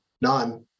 none